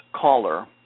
caller